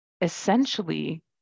essentially